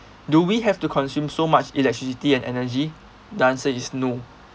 do we have to consume so much electricity and energy the answer is no